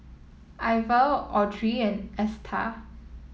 Iver Audrey and Esta